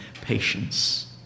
patience